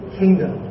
kingdom